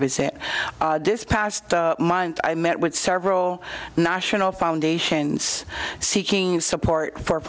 visit this past month i met with several national foundation's seeking support for